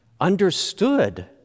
understood